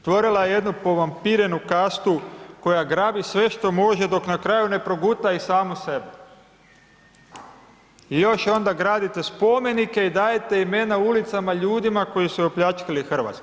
Otvorila je jednu povampirenu kastu koja grabi sve što može dok na kraju ne proguta i samu sebe i još onda gradite spomenike i dajete imena ulicama ljudima koji su opljačkali RH.